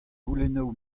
goulennoù